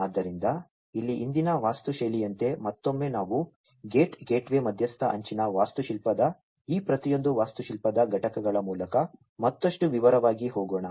ಆದ್ದರಿಂದ ಇಲ್ಲಿ ಹಿಂದಿನ ವಾಸ್ತುಶೈಲಿಯಂತೆ ಮತ್ತೊಮ್ಮೆ ನಾವು ಗೇಟ್ ಗೇಟ್ವೇ ಮಧ್ಯಸ್ಥ ಅಂಚಿನ ವಾಸ್ತುಶಿಲ್ಪದ ಈ ಪ್ರತಿಯೊಂದು ವಾಸ್ತುಶಿಲ್ಪದ ಘಟಕಗಳ ಮೂಲಕ ಮತ್ತಷ್ಟು ವಿವರವಾಗಿ ಹೋಗೋಣ